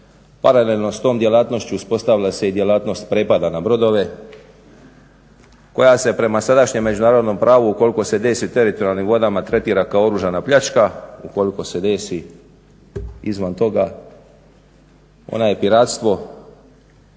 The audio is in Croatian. paralelno s tom djelatnošću uspostavila se i djelatnost prepada na brodove koja se prema sadašnjem međunarodnom pravu ukoliko se …/Govornik se ne razumije./… teritorijalnim vodama tretira kao oružana pljačka, ukoliko se desi izvan toga ona je piratstvo.